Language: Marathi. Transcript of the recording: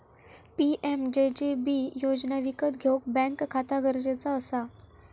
पी.एम.जे.जे.बि योजना विकत घेऊक बॅन्क खाता गरजेचा असा